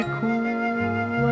cool